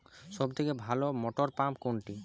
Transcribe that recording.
সবথেকে ভালো মটরপাম্প কোনটি?